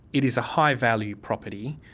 it is a high-value property.